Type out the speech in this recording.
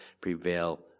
prevail